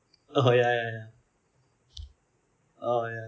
oh ya ya ya oh ya